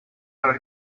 are